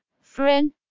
Friend